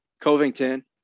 Covington